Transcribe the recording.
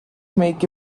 make